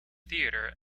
theatre